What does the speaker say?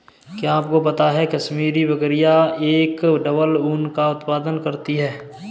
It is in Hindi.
क्या आपको पता है कश्मीरी बकरियां एक डबल ऊन का उत्पादन करती हैं?